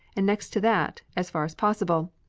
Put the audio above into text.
and next to that, as far as possible,